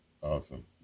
Awesome